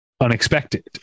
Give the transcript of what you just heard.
unexpected